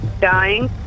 dying